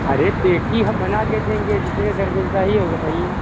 अरे पेटी हम बना कर देंगे जितने दर्जन चाहिए वो बताईए